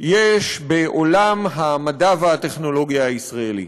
יש בעולם המדע והטכנולוגיה הישראלי.